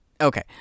Okay